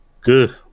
good